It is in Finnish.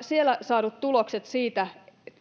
siellä saatujen tulosten mukaan